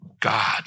God